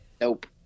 Nope